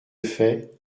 fait